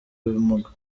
ubumuga